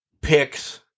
picks